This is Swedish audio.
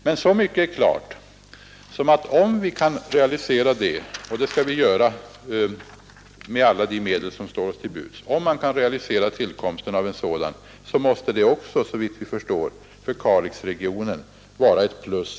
Men så mycket är klart som att om vi kan realisera planerna på denna landtransport terminal — och det skall vi göra med alla de medel som står till buds — måste det också för Kalixregionen vara ett plus.